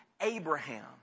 Abraham